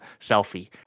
selfie